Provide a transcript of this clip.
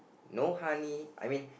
no honey I mean